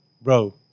Bro